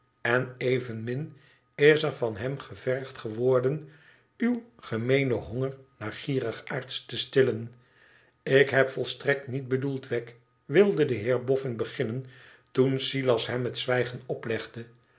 en evenmin is er van hem gevergd geworden uw gemeenen honger naar gierigaards te stillen ik heb volstrekt niet bedoeld wegg wilde de heer boffin begmnen toen silas hem het zwijgen oplegde